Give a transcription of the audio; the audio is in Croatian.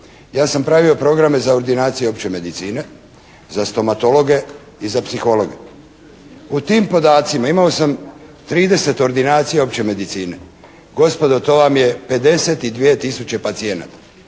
Ja sam pravio programe za ordinacije opće medicine, za stomatologe i za psihologe. U tim podacima imao sam 30 ordinacija opće medicine. Gospodo, to vam je 52 tisuće pacijenata.